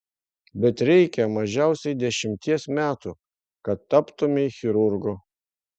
bet reikia mažiausiai dešimties metų kad taptumei chirurgu